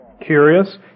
Curious